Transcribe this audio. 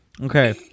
Okay